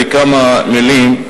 בכמה מלים,